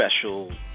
special